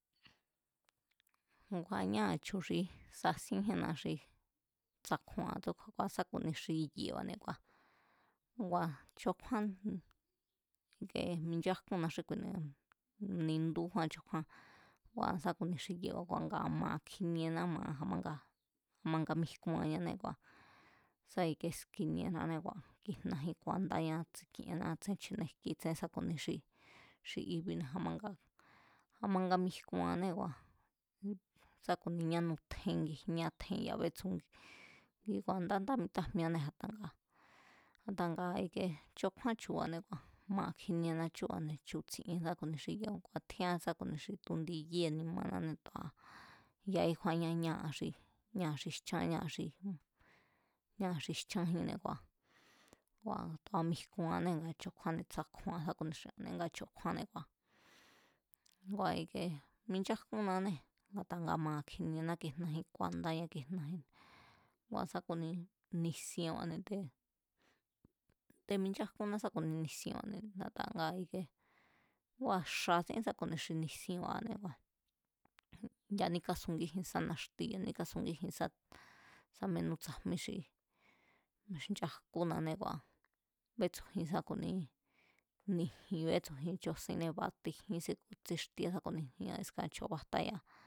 Ngu ñaa̱ chu̱ xi sasíenjínna xi tsakjuan tsúkju̱a̱n, sá ku̱ni xi ye̱ba̱ ngua̱ chokjúán minchajkúnna xí kuine̱, nindú kjúán cho kjúán, ngua̱ sá ku̱ni xi ye̱ba̱ ngua̱ maa̱ kjiniená maa̱, a̱manga, a̱manga mijkunñané sá ski̱ni̱e̱nanée̱ kisjnajín ku̱a̱ndáñá tsi̱kienná tsén chji̱ne̱ jkijín tsén sá ku̱ni xi i̱bi̱ne̱ a̱manga, a̱manga mijkuannée̱. Sá ku̱ni ñánú tjen ngijñá, tjen ya̱bétsúngi, kikju̱a̱ ndá ndá mitjájmieanée̱ a̱nda nga, a̱nda nga ike chokjúán chu̱ba̱ne̱ kua̱ maa̱ kjiniena chúba̱ne̱, chu̱ tsi̱e̱n sá ku̱ni xi ku̱ tjíán sá ku̱ni xi tu̱ ndi yée̱ ni̱ma̱nanée̱ tu̱a yaíkjúaña ñáa̱ xi ñáa̱ xi jchán ñaa̱ xi jchájínne̱ ngua̱, ngua tu̱a mijkuanee̱ nga chokjúánne̱ tsakjuan sá ku̱nia xi anne̱ nga chokjúnne̱ ngua̱, ngua̱ ikee minchájkúnnanée̱ a̱ta nga maa̱ kjiniená, kijnajín ku̱a̱ndáñá kijnajín, gua̱ sá ku̱ni nisienba̱ne̱ te̱, te̱ minchájkúnná sá ku̱ni nisienba̱ne̱ a̱ta nga ikie ngua̱ xa̱ sín ku̱ ni xi nisienba̱ané ngua̱ ya̱ní kásungíji sá naxti ya̱ní kasungíjin sá, sámenú tsajmí xi nchajkúnané kua̱ betsu̱jin sá ku̱ni ni̱ji̱n bétsújin, cho sinnée̱ batijín síku̱ tsíxtíé sá kuinia ni̱ji̱ba̱ne̱ askan cho fajtá ya̱